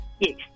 Yes